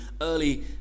early